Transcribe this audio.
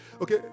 Okay